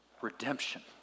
redemption